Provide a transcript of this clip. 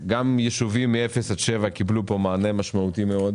יישובים מ-0 עד 7 קילומטרים קיבלו פה מענה משמעותי מאוד,